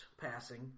passing